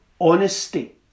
honesty